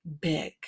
big